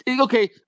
Okay